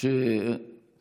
האם